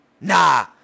Nah